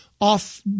off